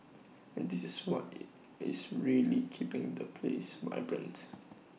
and this is what is is really keeping the place vibrant